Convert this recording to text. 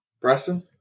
Preston